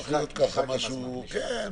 כן,